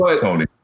Tony